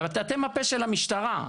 אתם הפה של המשטרה.